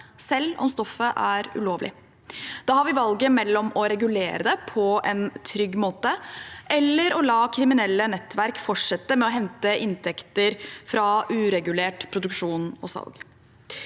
selv om stoffet er ulovlig. Da har vi valget mellom å regulere det på en trygg måte eller å la kriminelle nettverk fortsette med å hente inntekter fra uregulert produksjon og salg.